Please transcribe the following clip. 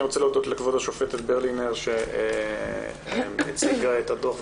אני רוצה להודות לכבוד השופטת ברלינר שהציגה את הדוח,